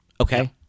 okay